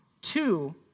two